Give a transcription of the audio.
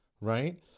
right